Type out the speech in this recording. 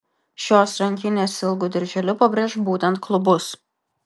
šios rankinės ilgu dirželiu pabrėš būtent klubus